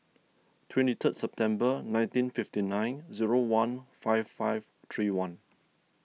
twenty third September nineteen fifty nine zero one five five three one